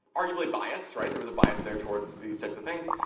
arguably, bias. right? there was a bias there towards these types of things.